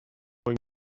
going